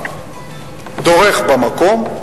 דורך במקום.